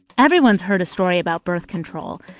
everyone's heard a story about birth control,